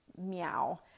meow